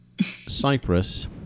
Cyprus